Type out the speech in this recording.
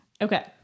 Okay